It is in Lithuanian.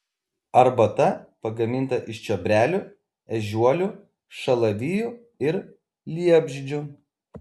arbata pagaminta iš čiobrelių ežiuolių šalavijų ir liepžiedžių